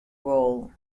role